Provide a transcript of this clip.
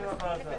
אתה שומע אותנו?